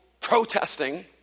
protesting